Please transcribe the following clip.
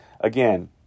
again